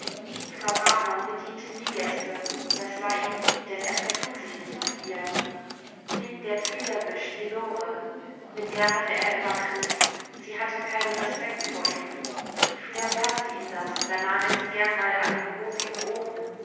frau hartmann bediente nie gäste das war ihm lieb denn er vertrug sich nicht mit ihr blieb der flederwisch die lore mit der hatte er immer krieg sie hatte keinen respekt vor ihm früher paßte ihm das da nahm er sie gern mal an den rosigen ohren